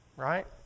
Right